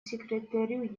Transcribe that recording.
секретарю